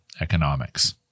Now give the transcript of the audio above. economics